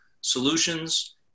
solutions